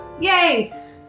Yay